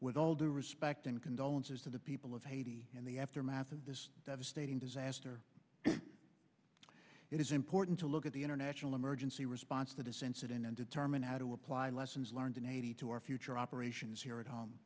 with all due respect and condolences to the people of haiti in the aftermath of this devastating disaster it is important to look at the international emergency response to this incident and determine how to apply lessons learned in eighty two our future operations here at home